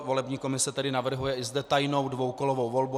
Volební komise tedy navrhuje i zde tajnou dvoukolovou volbu.